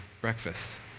breakfast